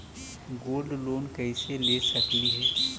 Gold loan कैसे ले सकली हे?